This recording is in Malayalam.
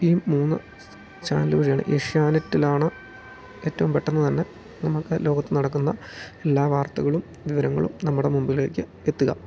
ഈ മൂന്ന് ചാനൽ വഴിയാണ് ഏഷ്യനെറ്റിലാണ് ഏറ്റവും പെട്ടെന്ന് തന്നെ നമ്മൾക്ക് ലോകത്ത് നടക്കുന്ന എല്ലാ വാർത്തകളും വിവരങ്ങളും നമ്മുടെ മുമ്പിലേക്ക് എത്തുക